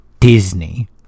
Disney